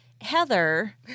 Heather